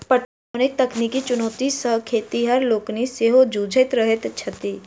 पटौनीक तकनीकी चुनौती सॅ खेतिहर लोकनि सेहो जुझैत रहैत छथि